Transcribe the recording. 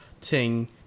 Ting